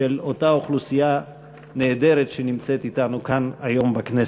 של אותה אוכלוסייה נהדרת שנמצאת אתנו כאן היום בכנסת.